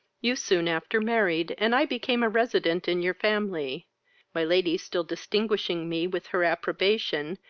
you soon after married, and i became a resident in your family my lady still distinguishing me with her approbation,